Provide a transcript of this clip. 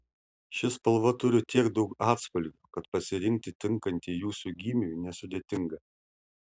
ši spalva turi tiek daug atspalvių kad pasirinkti tinkantį jūsų gymiui nesudėtinga